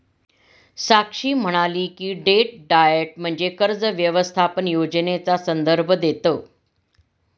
साक्षी म्हणाली की, debt diet म्हणजे कर्ज व्यवस्थापन योजनेचा संदर्भ देतं